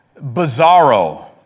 Bizarro